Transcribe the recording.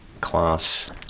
class